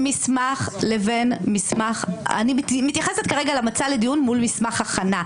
אני מתייחסת כרגע למצע לדיון מול מסמך הכנה.